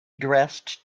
dressed